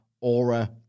aura